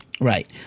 right